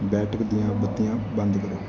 ਬੈਠਕ ਦੀਆਂ ਬੱਤੀਆਂ ਬੰਦ ਕਰੋ